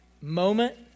moment